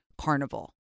carnival